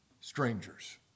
Strangers